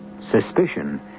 Suspicion